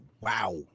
Wow